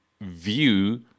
view